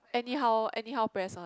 any how any how press one